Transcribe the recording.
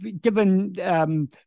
given